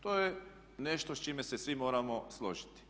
To je nešto s čime se svi moramo složiti.